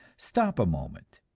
stop a moment.